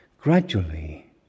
gradually